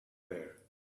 there